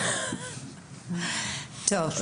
טוב,